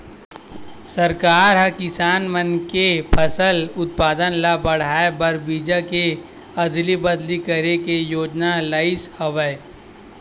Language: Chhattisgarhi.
सरकार ह किसान मन के फसल उत्पादन ल बड़हाए बर बीजा के अदली बदली करे के योजना लइस हवय